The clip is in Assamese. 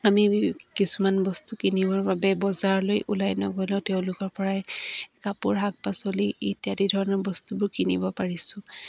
আমি কিছুমান বস্তু কিনিবৰ বাবে বজাৰলৈ ওলাই নগ'লেও তেওঁলোকৰ পৰাই কাপোৰ শাক পাচলি ইত্যাদি ধৰণৰ বস্তুবোৰ কিনিব পাৰিছোঁ